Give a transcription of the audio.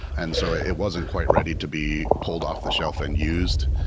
and so it wasn't quite ready to be pulled off-the-shelf and used,